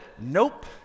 nope